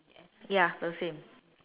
ya the same